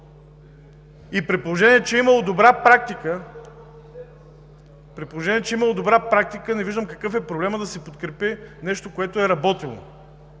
При положение че е имало добра практика, не виждам какъв е проблемът да се подкрепи нещо, което е работело,